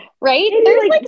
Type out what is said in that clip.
right